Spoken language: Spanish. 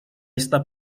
esta